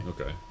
Okay